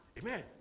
Amen